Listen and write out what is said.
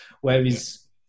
Whereas